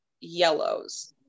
yellows